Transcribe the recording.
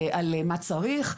על מה צריך,